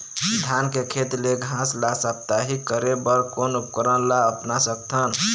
धान के खेत ले घास ला साप्ताहिक करे बर कोन उपकरण ला अपना सकथन?